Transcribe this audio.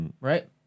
Right